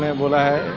and birla